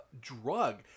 drug